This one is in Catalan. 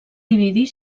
dividir